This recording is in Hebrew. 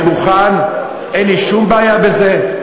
אני מוכן, אין לי שום בעיה עם זה,